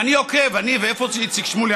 ואני עוקב, איפה איציק שמולי?